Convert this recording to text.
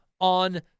on